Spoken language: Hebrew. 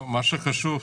מה שחשוב,